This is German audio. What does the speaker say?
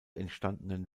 entstandenen